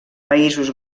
països